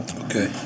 Okay